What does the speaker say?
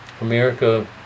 America